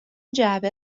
جعبه